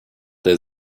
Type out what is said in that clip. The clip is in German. der